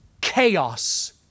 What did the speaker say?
Chaos